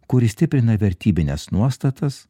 kuri stiprina vertybines nuostatas